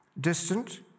Distant